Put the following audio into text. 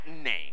name